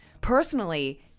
personally